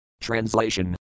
Translation